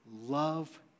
love